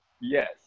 yes